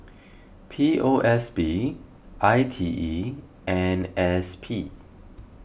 P O S B I T E and S P